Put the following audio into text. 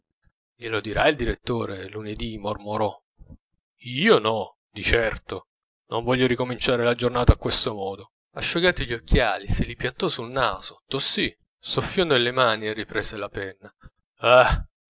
lo dirà il direttore lunedì mormorò io no di certo non voglio ricominciare la giornata a questo modo asciugati gli occhiali se li piantò sul naso tossì soffiò nelle mani e riprese la penna ah